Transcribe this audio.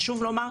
חשוב לומר,